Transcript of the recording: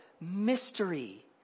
mystery